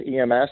EMS